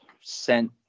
sent